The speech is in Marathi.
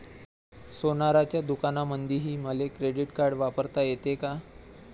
सोनाराच्या दुकानामंधीही मले क्रेडिट कार्ड वापरता येते का?